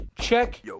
Check